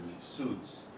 suits